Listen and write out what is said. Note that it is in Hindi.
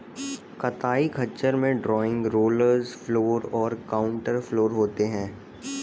कताई खच्चर में ड्रॉइंग, रोलर्स फॉलर और काउंटर फॉलर होते हैं